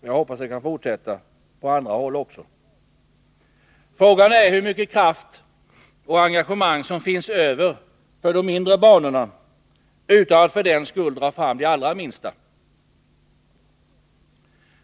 Jag hoppas att det kan fortsätta, och även användas på andra håll. Frågan är hur mycket kraft och engagemang som finns över för de mindre banorna — utan att jag för den skull syftar på de allra minsta.